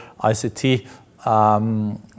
ICT